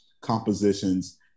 compositions